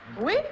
Oui